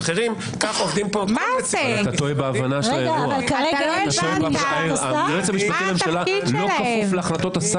אחרי שהיה בג"ץ הממשלה החליטה.